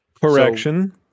Correction